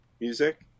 music